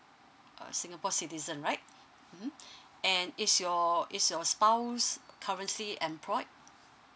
uh singapore citizen right mm and is your is your spouse currently employed